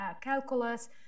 calculus